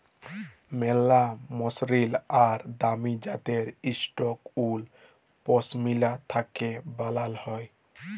ম্যালা মসরিল আর দামি জ্যাত্যের ইকট উল পশমিলা থ্যাকে বালাল হ্যয়